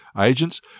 agents